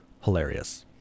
hilarious